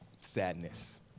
sadness